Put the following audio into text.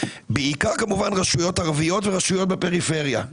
בעיקר כמובן רשויות ערביות ורשויות בפריפריה.